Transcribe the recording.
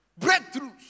breakthroughs